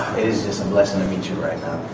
is just a blessing to meet you right